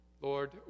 Lord